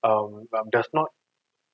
um does not